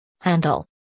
Handle